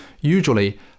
usually